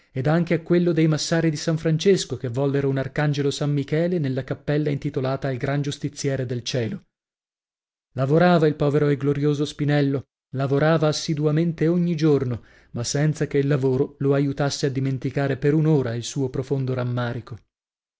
ed anche a quello dei massari di san francesco che vollero un arcangelo san michele nella cappella intitolata al gran giustiziere del cielo lavorava il povero e glorioso spinello lavorava assiduamente ogni giorno ma senza che il lavoro lo aiutasse a dimenticare per un'ora il suo profondo rammarico